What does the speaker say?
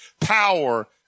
power